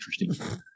interesting